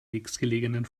nächstgelegenen